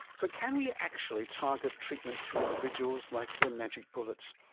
but can we actually target treatment to individuals like they are magic bullets?